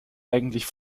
eigentlich